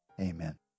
Amen